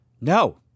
No